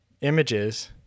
images